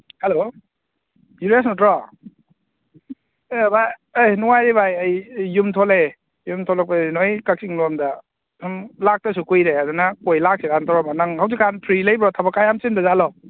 hello Dhiraj ꯅꯠꯇ꯭ꯔꯣ ꯑꯦ ꯕꯥꯏ ꯑꯦ ꯅꯨꯡꯉꯥꯏꯔꯤ ꯕꯥꯏ ꯑꯩ ꯌꯨꯝ ꯊꯣꯛꯂꯛꯑꯦ ꯌꯨꯝ ꯊꯣꯛꯂꯛꯄꯁꯤꯗ ꯅꯣꯏ ꯀꯛꯆꯤꯡ ꯂꯣꯝꯗ ꯁꯨꯝ ꯂꯥꯛꯇꯕꯁꯨ ꯀꯨꯏꯔꯦ ꯑꯗꯨꯅ ꯀꯣꯏ ꯂꯥꯛꯁꯤꯔꯅ ꯇꯧꯔꯝꯕ ꯅꯪ ꯍꯧꯖꯤꯛꯀꯥꯟ ꯐ꯭ꯔꯤ ꯂꯩꯕ꯭ꯔꯣ ꯊꯕꯛꯀ ꯌꯥꯝ ꯆꯤꯟꯕꯖꯥꯠꯂꯣ